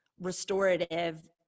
restorative